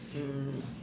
mm